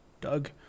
Doug